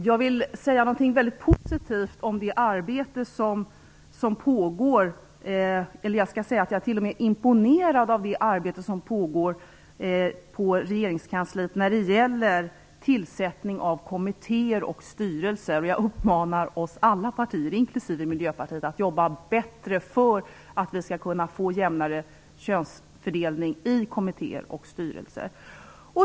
Jag vill säga att jag är imponerad av det arbete som pågår på regeringskansliet när det gäller tillsättning av kommittéer och styrelser. Jag uppmanar alla partier, inklusive Miljöpartiet, att bättre jobba för att vi skall få jämnare könsfördelning i kommittéer och styrelser.